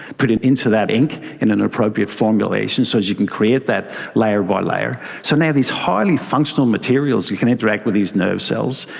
put it into that ink in an appropriate formulation so as you can create that layer by layer. so now these highly functional materials you can interact with these nerve cells,